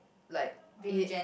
like it